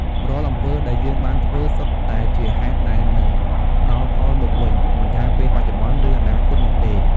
រាល់អំពើដែលយើងបានធ្វើ សុទ្ធតែជាហេតុដែលនឹងផ្តល់ផលមកវិញ មិនថាពេលបច្ចុប្បន្ន ឬអនាគតនោះទេ។